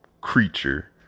creature